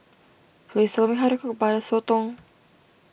please tell me how to cook Butter Sotong